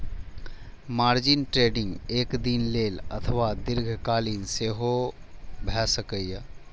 margin trading एक दिन लेल अथवा दीर्घकालीन सेहो भए सकैए